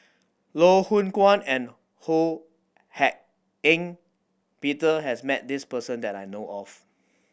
Loh Hoong Kwan and Ho Hak Ean Peter has met this person that I know of